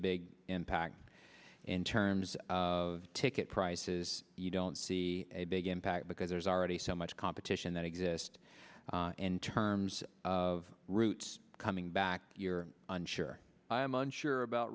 big impact in terms of ticket prices you don't see a big impact because there's already so much competition that exist in terms of routes coming back you're unsure i am unsure about